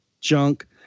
junk